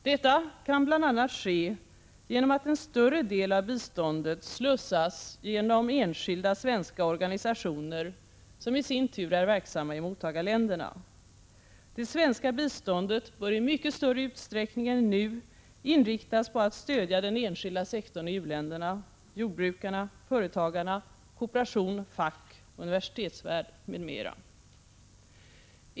Detta kan bl.a. ske genom att en större del av biståndet slussas genom enskilda svenska organisationer som i sin tur är verksamma i mottagarländerna. Det svenska biståndet bör i mycket större utsträckning än nu inriktas på att stödja den enskilda sektorn i u-länderna, jordbrukarna, företagarna, kooperation, fack, universitetsvärld m.m.